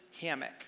hammock